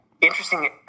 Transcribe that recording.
Interesting